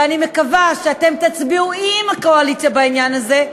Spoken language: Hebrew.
ואני מקווה שאתם תצביעו עם הקואליציה בעניין הזה,